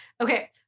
Okay